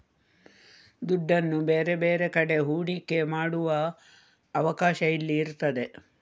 ದುಡ್ಡನ್ನ ಬೇರೆ ಬೇರೆ ಕಡೆ ಹೂಡಿಕೆ ಮಾಡುವ ಅವಕಾಶ ಇಲ್ಲಿ ಇರ್ತದೆ